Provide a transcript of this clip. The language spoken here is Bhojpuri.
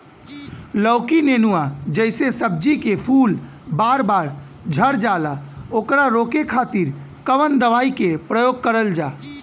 लौकी नेनुआ जैसे सब्जी के फूल बार बार झड़जाला ओकरा रोके खातीर कवन दवाई के प्रयोग करल जा?